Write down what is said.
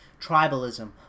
Tribalism